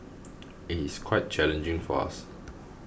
it is quite challenging for us